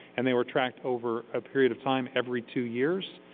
and they were tracked over a period of time every two years.